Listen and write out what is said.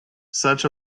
such